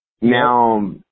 Now